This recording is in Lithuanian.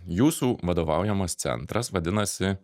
jūsų vadovaujamas centras vadinasi